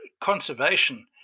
conservation